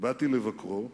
באתי לבקרו,